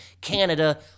Canada